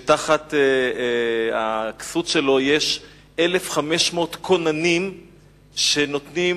שתחת הכסות שלו יש 1,500 כוננים שנותנים